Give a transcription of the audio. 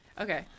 Okay